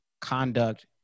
conduct